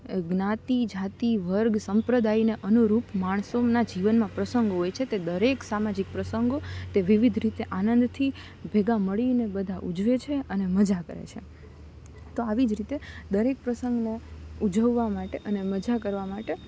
જ્ઞાતિ જાતિ વર્ગ સંપ્રદાયને અનુરૂપ માણસોનાં જીવનમાં પ્રસંગો હોય છે તે દરેક સામાજિક પ્રસંગો તે વિવિધ રીતે આનંદથી ભેગા મળીને બધા ઉજવે છે અને મજા કરે છે તો આવી જ રીતે દરેક પ્રસંગને ઉજવવા માટે અને મજા કરવા માટે